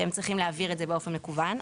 שהם צריכים להעביר את זה באופן מקוון,